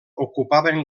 ocupaven